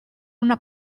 una